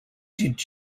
did